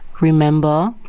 Remember